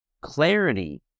Clarity